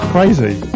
Crazy